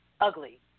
ugly